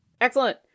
Excellent